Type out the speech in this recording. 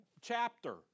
chapter